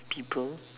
people